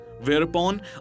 Whereupon